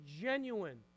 genuine